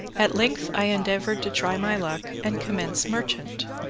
at length i endeavoured to try my luck and commence merchant.